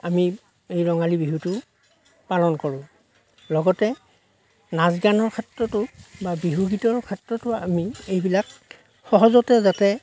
আমি এই ৰঙালী বিহুটো পালন কৰোঁ লগতে নাচ গানৰ ক্ষেত্ৰতো বা বিহুগীতৰ ক্ষেত্ৰতো আমি এইবিলাক সহজতে যাতে